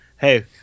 hey